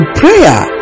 prayer